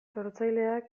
sortzaileak